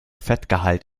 fettgehalt